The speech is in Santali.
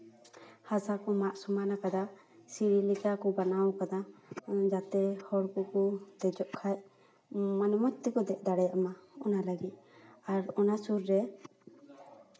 ᱦᱟᱥᱟ ᱠᱚ ᱢᱟᱜ ᱥᱚᱢᱟᱱ ᱠᱟᱫᱟ ᱥᱤᱲᱤ ᱞᱮᱠᱟ ᱠᱚ ᱵᱮᱱᱟᱣ ᱠᱟᱫᱟ ᱡᱟᱛᱮ ᱦᱚᱲ ᱠᱚᱠᱚ ᱫᱮᱡᱚᱜ ᱠᱷᱟᱡ ᱢᱟᱱᱮ ᱢᱚᱡᱽ ᱛᱮᱠᱚ ᱫᱮᱡ ᱫᱟᱲᱮᱭᱟᱜ ᱢᱟ ᱚᱱᱟ ᱞᱟᱹᱜᱤᱫ ᱟᱨ ᱚᱱᱟ ᱥᱩᱨ ᱨᱮ